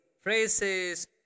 phrases